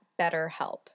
BetterHelp